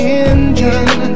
engine